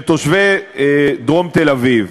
של תושבי דרום תל-אביב.